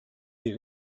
est